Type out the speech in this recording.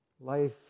Life